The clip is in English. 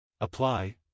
Apply